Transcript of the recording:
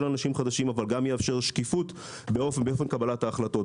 אנשים חדשים וגם שקיפות באופן קבלת ההחלטות.